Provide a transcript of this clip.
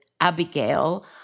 Abigail